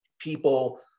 people